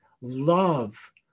love